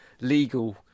legal